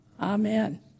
Amen